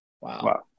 Wow